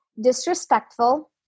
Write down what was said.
disrespectful